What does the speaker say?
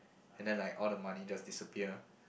and then like all the money just disappear